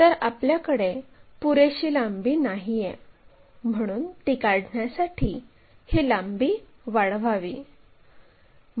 तर आपल्याकडे पुरेशी लांबी नाहीये म्हणून ती काढण्यासाठी ही लांबी वाढवावी